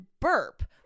burp